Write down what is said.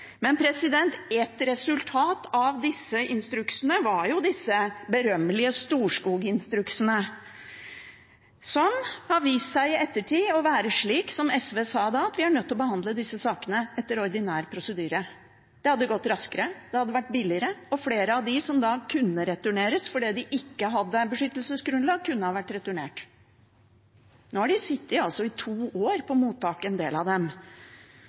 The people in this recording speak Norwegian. Men et resultat av disse instruksene var de berømmelige Storskog-instruksene. Det har i ettertid vist seg å være slik som SV da sa, at vi er nødt til å behandle disse sakene etter ordinær prosedyre. Det hadde gått raskere, det hadde vært billigere, og flere av dem som kunne returneres fordi de ikke hadde beskyttelsesgrunnlag, kunne ha vært returnert. Nå har en del av dem sittet i to år på mottak.